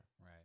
right